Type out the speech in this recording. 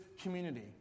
community